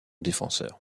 défenseur